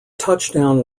touchdown